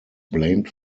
blamed